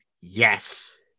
yes